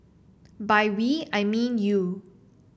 by we I mean you